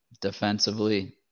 defensively